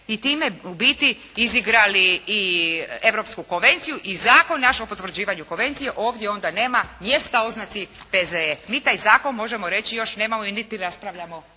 i time u biti izigrali i europsku konvenciju i zakon naš o potvrđivanju konvencije. Ovdje onda nema mjesta oznaci P.Z.E. Mi taj zakon možemo reći još nemamo niti raspravljamo